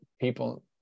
people